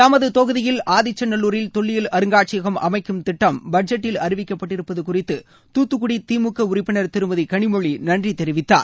தமது தொகுதியில் ஆதிச்சநல்லூரில் தொல்லியல் அருங்காட்சியகம் அமைக்கும் திட்டம் பட்ஜெட்டில் அறிவிக்கப்பட்டிருப்பது குறித்து தூத்துக்குடி திமுக உறுப்பினர் திருமதி கனிமொழி நன்றி தெரிவித்தார்